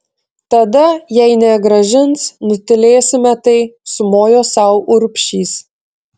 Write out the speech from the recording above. tada jei negrąžins nutylėsime tai sumojo sau urbšys